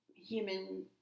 human